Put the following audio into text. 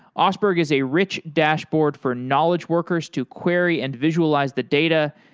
oseberg is a rich dashboard for knowledge workers to query and visualize the data.